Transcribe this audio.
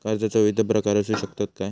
कर्जाचो विविध प्रकार असु शकतत काय?